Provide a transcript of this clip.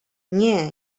nie